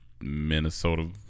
Minnesota